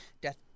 death